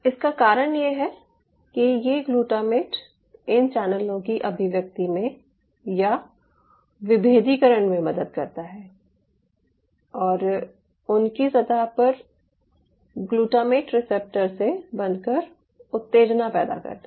इसका कारण यह है कि ये ग्लूटामेट इन चैनलों की अभिव्यक्ति में या विभेदीकरण में मदद करता है और उनकी सतह पर ग्लूटामेट रिसेप्टर से बंधकर उत्तेजना पैदा करता है